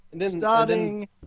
Starting